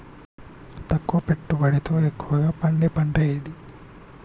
తక్కువ పెట్టుబడితో ఎక్కువగా పండే పంట ఏది?